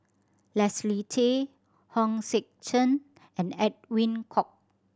Leslie Tay Hong Sek Chern and Edwin Koek